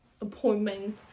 appointment